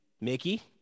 Mickey